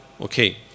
okay